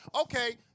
okay